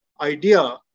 idea